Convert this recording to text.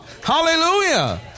Hallelujah